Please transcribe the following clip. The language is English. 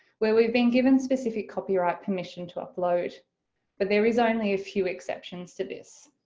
where we've been given specific copyright permission to upload but there is only a few exceptions to this.